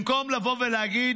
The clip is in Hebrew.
במקום לבוא ולהגיד: